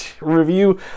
review